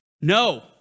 No